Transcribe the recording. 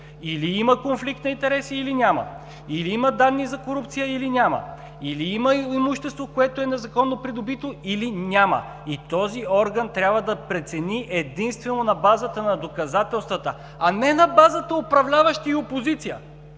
или има конфликт на интереси, или няма; или има данни за корупция, или няма; или има имуществото, което е незаконно придобито, или няма. Този орган трябва да прецени единствено на базата на доказателствата, а не на базата на управляващи и опозиция,